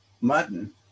mutton